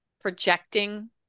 projecting